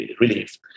relief